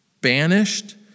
banished